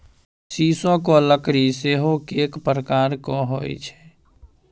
सीसोक लकड़की सेहो कैक प्रकारक होए छै